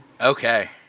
Okay